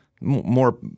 more